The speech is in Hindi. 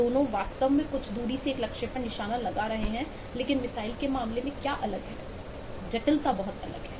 दोनों वास्तव में कुछ दूरी से एक लक्ष्य पर निशाना लगा रहे हैं लेकिन मिसाइल के मामले में क्या अलग है जटिलता बहुत अलग है